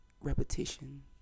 repetition